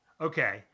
Okay